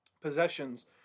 possessions